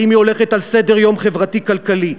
האם היא הולכת על סדר-יום חברתי כלכלי?